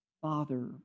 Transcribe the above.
Father